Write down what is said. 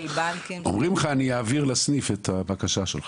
אומרים לך אני אעביר לסניף את הבקשה שלך.